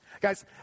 Guys